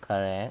correct